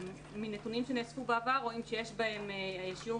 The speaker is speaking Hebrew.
מנתונים שנאספו בעבר רואים שיש בהם שיעור